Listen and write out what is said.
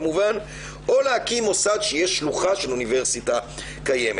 או להקים מוסד שיהיה שלוחה של אוניברסיטה קיימת.